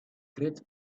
creates